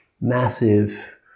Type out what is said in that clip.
massive